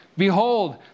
Behold